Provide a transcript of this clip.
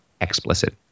explicit